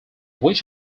wish